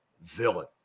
villain